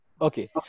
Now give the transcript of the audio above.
Okay